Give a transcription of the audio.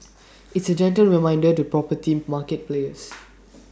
it's A gentle reminder to property market players